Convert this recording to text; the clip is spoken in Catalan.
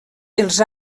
els